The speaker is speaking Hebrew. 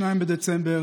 2 בדצמבר,